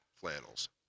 flannels